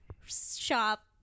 shop